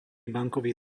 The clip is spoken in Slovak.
bankový